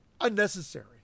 unnecessary